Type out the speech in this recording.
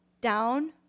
down